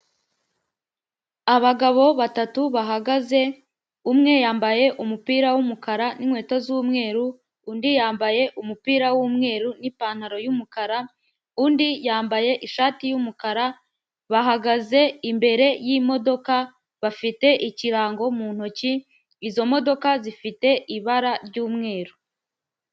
Abagabo batatu bahagaze, umwe yambaye umupira w'umukara n'inkweto z'umweru, undi yambaye umupira w'umweru n'ipantaro y'umukara, undi yambaye ishati y'umukara, bahagaze imbere y'imodoka, bafite ikirango mu ntoki, izo modoka zifite ibara ry'umweru.